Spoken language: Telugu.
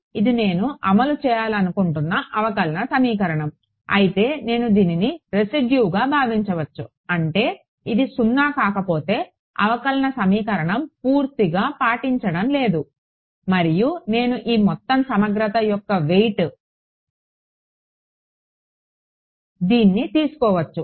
కాబట్టి ఇది నేను అమలు చేయాలనుకుంటున్న అవకలన సమీకరణం అయితే నేను దీనిని రెసిడ్యు గా భావించవచ్చు అంటే ఇది సున్నా కాకపోతే అవకలన సమీకరణం పూర్తిగా పాటించడం లేదు మరియు నేను ఈ మొత్తం సమగ్రత యొక్క వెయిట్ దీన్ని తీసుకోవచ్చు